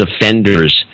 offenders